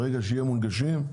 ברגע שיהיו אוטובוסים מונגשים,